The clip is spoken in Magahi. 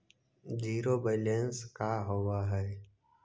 जिरो बैलेंस का होव हइ?